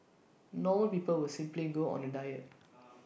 normal people would simply go on A diet